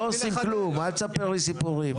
לא עושים כלום, אל תספר לי סיפורים.